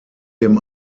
dem